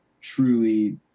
truly